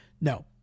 No